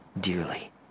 dearly